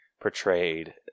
portrayed